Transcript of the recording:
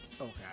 Okay